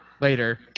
later